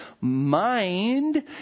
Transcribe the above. mind